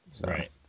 Right